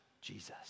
Jesus